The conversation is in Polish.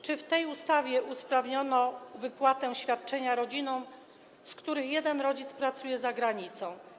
Czy w tej ustawie usprawniono wypłatę świadczenia rodzinom, w przypadku których jeden rodzic pracuje za granicą?